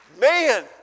man